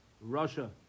Russia